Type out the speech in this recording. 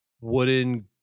wooden